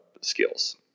skills